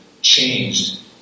changed